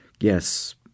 yes